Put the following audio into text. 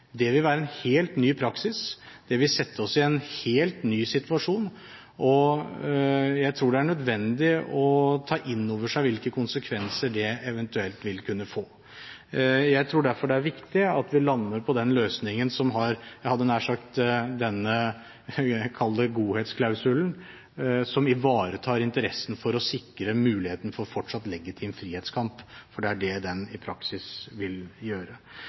Det vil være en helt ny praksis, det vil sette oss i en helt ny situasjon, og jeg tror det er nødvendig å ta inn over seg hvilke konsekvenser det eventuelt vil kunne få. Jeg tror derfor det er viktig at vi lander på den løsningen som har denne, kall det godhetsklausulen som ivaretar interessen for å sikre muligheten for fortsatt legitim frihetskamp. For det er det den i praksis vil gjøre.